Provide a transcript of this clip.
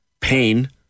pain